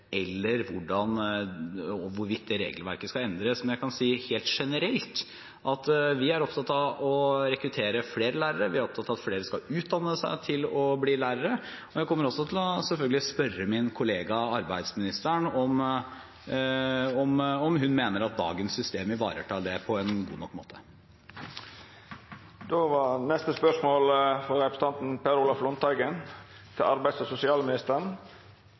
eller hvorvidt det regelverket skal endres. Men jeg kan si helt generelt at vi er opptatt av å rekruttere flere lærere, vi er opptatt av at flere skal utdanne seg til å bli lærer, og jeg kommer selvfølgelig også til å spørre min kollega arbeidsministeren om hun mener at dagens system ivaretar det på en god nok måte. Dette spørsmålet, frå Per Olaf Lundteigen til arbeids- og sosialministeren,